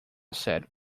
said